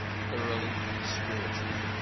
thoroughly spiritual,